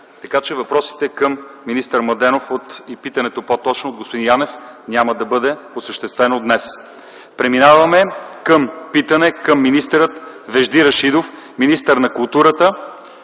Така, че въпросите към министър Младенов, и питането по-точно от господин Янев, няма да бъде осъществено днес. Преминаваме към питане към министъра Вежди Рашидов – министър на културата,